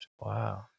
Wow